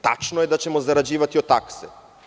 Tačno je da ćemo zarađivati od takse.